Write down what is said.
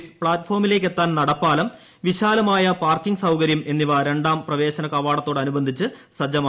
office പ്ലാറ്റ്ഫോമിലേക്കെത്താൻ നടപ്പാലം വിശാലമായ പാർക്കിംങ്ങ്സൌകര്യം രണ്ടാംപ്രവേശന കവാടത്തോടനുബന്ധിച്ച് സജ്ജമായി